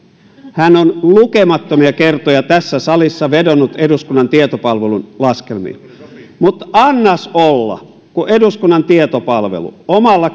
hän on lukemattomia kertoja tässä salissa vedonnut eduskunnan tietopalvelun laskelmiin mutta annas olla kun eduskunnan tietopalvelu omalla